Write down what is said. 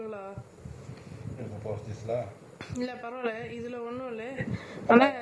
இல்ல பரவால்ல இதுல ஒன்னு இல்ல எனக்கு ஒரு மைசூர்பா வரல:illa paravalla ithu onnu illa enaku oru maisoorpa varala